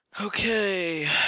Okay